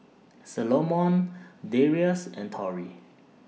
Salomon Darius and Tori